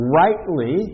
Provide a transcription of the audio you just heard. rightly